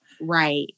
Right